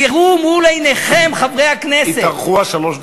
תראו מול עיניכם, חברי הכנסת, התארכו שלוש הדקות.